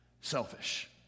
selfish